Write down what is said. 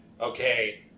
okay